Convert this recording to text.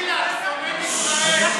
תתביישי לך, שונאת ישראל.